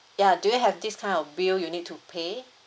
yeah do you have this kind of bill you need to pay